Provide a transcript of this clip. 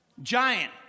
Giant